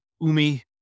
umi